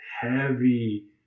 heavy